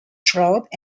trout